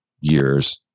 years